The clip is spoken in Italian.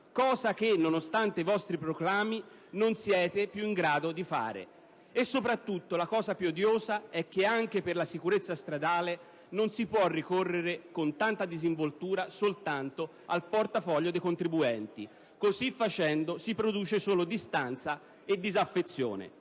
cosa che - nonostante i vostri proclami - non siete più in grado di fare. Soprattutto la cosa più odiosa è che anche per la sicurezza stradale non si può ricorrere, con tanta disinvoltura, soltanto al portafoglio dei contribuenti. Così facendo, si produce solo distanza e disaffezione.